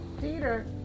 Peter